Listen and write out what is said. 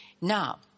Now